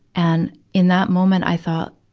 and in that moment, i thought,